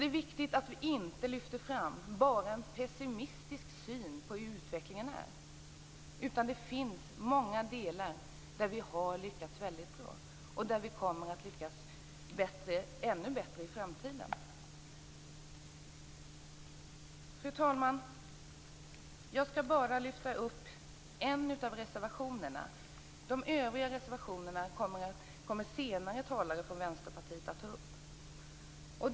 Det är viktigt att vi inte bara har en pessimistisk syn på utvecklingen. Det finns många delar där vi har lyckats väldigt bra och där vi kommer att lyckas ännu bättre i framtiden. Fru talman! Jag skall bara lyfta upp en av reservationerna, och de är reservation 6 som handlar om ersättning till nämndemän.